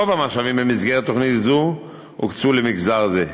רוב המשאבים במסגרת תוכנית זו הוקצו למגזר זה.